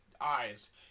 eyes